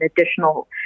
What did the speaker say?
additional